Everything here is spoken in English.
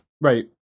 Right